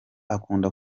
akunda